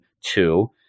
two